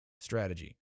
strategy